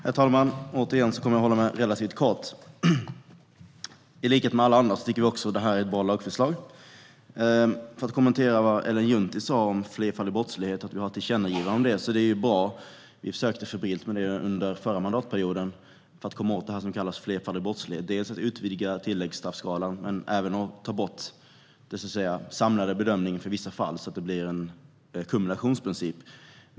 Herr talman! Återigen kommer jag att hålla mig relativt kort. I likhet med alla andra tycker vi sverigedemokrater att också detta är ett bra lagförslag. Låt mig kommentera vad Ellen Juntti har sagt om flerfaldig brottslighet och tillkännagivandet. Det är bra. Vi försökte febrilt att få fram ett tillkännagivande under förra mandatperioden för att komma åt det som kallas flerfaldig brottslighet. Det handlade om att utvidga tillägg i straffskalan och att ta bort den samlade bedömningen för vissa fall så att det blir fråga om en kumulationsprincip.